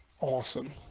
awesome